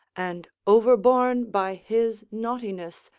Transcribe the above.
and, overborne by his naughtiness,